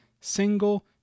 single